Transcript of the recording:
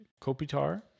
Kopitar